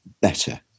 better